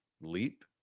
leap